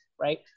right